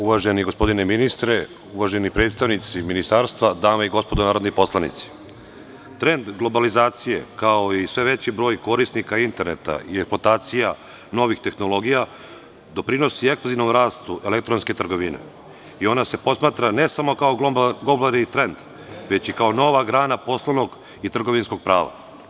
Uvaženi gospodine ministre, uvaženi predstavnici ministarstva, dame i gospodo narodni poslanici, trend globalizacije, kao i sve veći broj korisnika interneta i reputacija novih tehnologija doprinosi ekskluzivnom rastu elektronske trgovine i ona se posmatra ne samo kao globalni trend, već i kao nova grana poslovnog i trgovinskog prava.